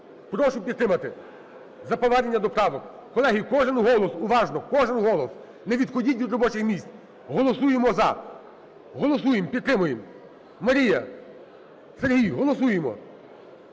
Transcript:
прошу підтримати за повернення до правок. Колеги, кожен голос, уважно, кожен голос. Не відходіть від робочих місць. Голосуємо "за", голосуємо, підтримуємо. Марія, Сергій, голосуємо,